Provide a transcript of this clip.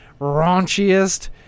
raunchiest